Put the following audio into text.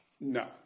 No